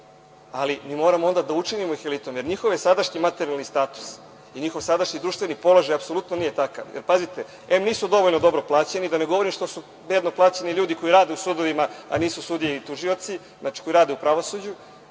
ali moramo onda da ih učinimo elitom, jer njihove sadašnji materijalni status i njihovo sadašnji društveni položaj apsolutno nije takav. Pazite, em nisu dovoljno dobro plaćeni, da ne govorim da su bedno plaćeni ljudi koji rade u sudovima, a nisu sudije i tužioci. Znači, koji rade u pravosuđu.